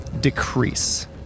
decrease